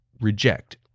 reject